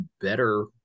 better